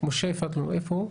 משה פדלון איתנו?